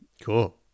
cool